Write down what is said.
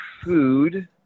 food